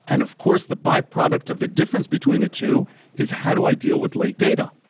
and of course, the byproduct of the difference between the two is how do i deal with late data?